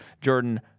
Jordan